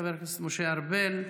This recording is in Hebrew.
חבר הכנסת משה ארבל,